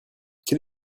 quel